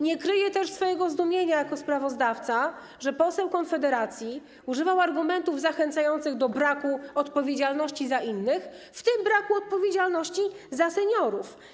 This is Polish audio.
Nie kryję też swojego zdumienia jako sprawozdawca, że poseł Konfederacji używał argumentów zachęcających do braku odpowiedzialności za innych, w tym braku odpowiedzialności za seniorów.